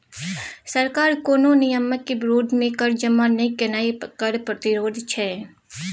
सरकार कोनो नियमक विरोध मे कर जमा नहि केनाय कर प्रतिरोध छै